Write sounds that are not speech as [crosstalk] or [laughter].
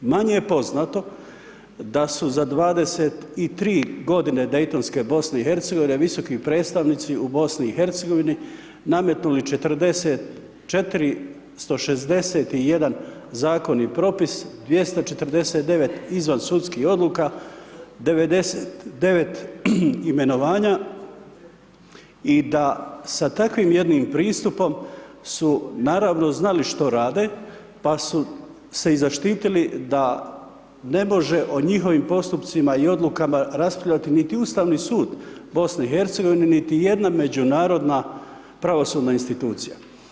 Manje je poznato da su za 23 godine Daytonske BiH visoki predstavnici u BiH nametnuli ... [unintelligible] zakon i propis, 249 izvan sudskih odluka 99 imenovanja i da sa takvim jednim pristupom su naravno znali što rade pa su se i zaštitili da ne može o njihovim postupcima i odlukama raspravljati niti ustavni sud BiH niti jedna međunarodna pravosudna institucija.